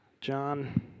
John